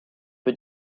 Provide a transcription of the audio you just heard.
peu